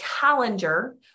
calendar